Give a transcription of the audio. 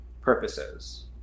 purposes